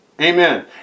Amen